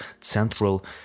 central